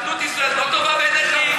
אחדות ישראל לא טובה בעיניך?